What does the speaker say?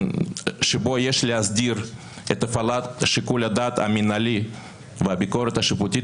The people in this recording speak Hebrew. שבו יש להסדיר את הפעלת שיקול הדעת המנהלי והביקורת השיפוטית